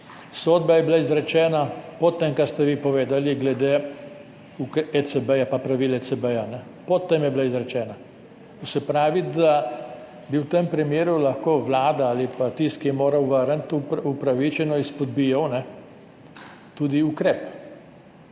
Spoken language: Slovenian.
Sodba je bila izrečena po tem, kar ste vi povedali glede ECB in pravil ECB. Pod tem je bila izrečena. To se pravi, da bi v tem primeru lahko vlada ali pa tisti, ki je moral vrniti, upravičeno izpodbijal tudi ukrep,